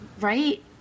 right